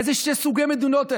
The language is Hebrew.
איזה שני סוגי מדינות אלה?